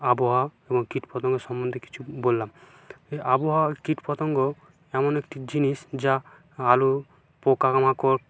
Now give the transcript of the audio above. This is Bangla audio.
আবহাওয়া এবং কীট পতঙ্গ সম্বন্ধে কিছু বললাম এই আবহাওয়া কীট পতঙ্গ এমন একটি জিনিস যা আলু পোকা মাকড়